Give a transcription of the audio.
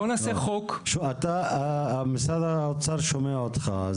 בואו נעשה חוק --- משרד האוצר שומע אותך,